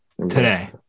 today